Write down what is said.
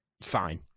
Fine